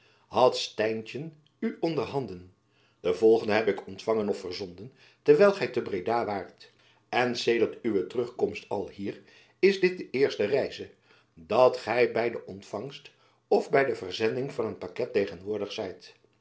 had stijntjen u onder handen de volgenden heb ik ontjacob van lennep elizabeth musch fangen of verzonden terwijl gy te breda waart en sedert uwe terugkomst alhier is dit de eerste reize dat gy by de ontfangst of by de verzending van een paket tegenwoordig zijt